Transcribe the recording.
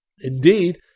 Indeed